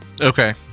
Okay